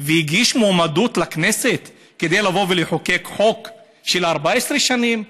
והגיש מועמדות לכנסת כדי שיהיה צריך לבוא ולחוקק חוק של 14 שנים,